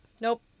Nope